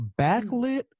backlit